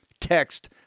Text